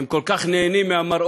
הם כל כך נהנים מהמראות